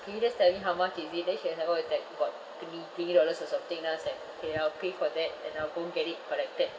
can you just tell how much is it then she was like orh that got twenty twenty dollars or something then I was like okay I'll pay for that and I'll go and get it collected